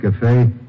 Cafe